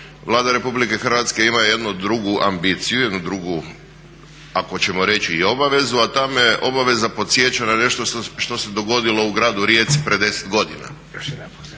Vlada Rh ima jednu drugu ambiciju, jednu drugu ako ćemo reći i obavezu, a to me obaveza podsjeća na nešto što se dogodilo u gradu Rijeci pred 10 godina. Pred 10